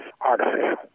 artificial